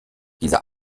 dieser